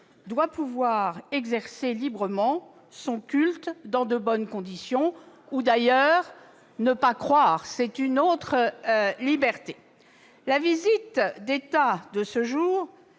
doit pouvoir exercer son culte dans de bonnes conditions, ou alors ne pas croire, ce qui est une autre liberté. La visite d'État de ce jour